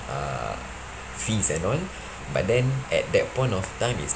uh fees and all but then at that point of time is